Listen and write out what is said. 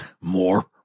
More